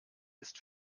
ist